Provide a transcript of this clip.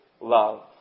love